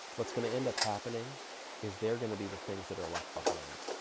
what's gonna end up happening is they're gonna be the things that are left behind.